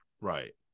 Right